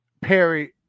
Perry